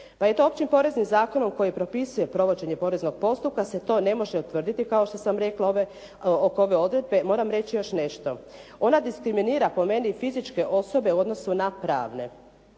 Pa eto Općim poreznim zakonom koji propisuje provođenje poreznog postupka se to ne može utvrditi kao što sam rekla. Oko ove odredbe moram reći još nešto. Ona diskriminira po meni fizičke osobe u odnosu na pravne